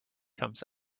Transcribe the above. comes